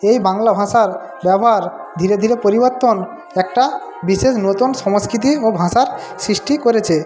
এই বাংলা ভাষার ব্যবহার ধীরে ধীরে পরিবর্তন একটা বিশেষ নতুন সংস্কৃতি ও ভাষার সৃষ্টি করেছে